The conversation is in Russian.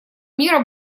мира